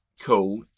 cool